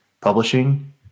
publishing